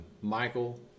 Michael